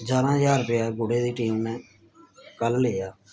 ञारां ज्हार रपेआ गुढ़े दी टीम ने कल लेआ